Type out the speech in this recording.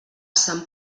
sant